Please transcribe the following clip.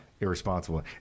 Irresponsible